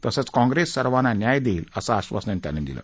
तसंच काँग्रेस सर्वांना न्याय देईल असं आश्वासन त्यांनी दिलं